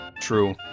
True